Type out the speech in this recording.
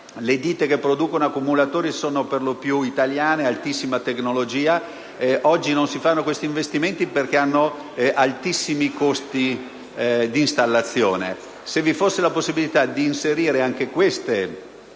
Le ditte che producono accumulatori sono per lo piu italiane ad altissima tecnologia. Oggi non si fanno questi investimenti perche´ hanno altissimi costi d’installazione.